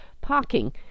parking